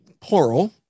plural